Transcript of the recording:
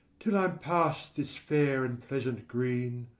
till i'm past this fair and pleasant green,